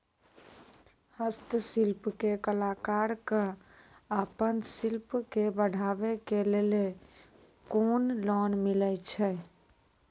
हस्तशिल्प के कलाकार कऽ आपन शिल्प के बढ़ावे के लेल कुन लोन मिलै छै?